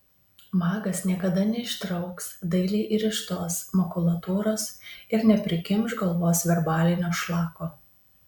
magas niekada neištrauks dailiai įrištos makulatūros ir neprikimš galvos verbalinio šlako